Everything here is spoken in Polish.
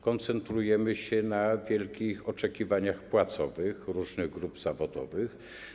Koncentrujemy się na wielkich oczekiwaniach płacowych różnych grup zawodowych.